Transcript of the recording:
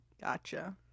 Gotcha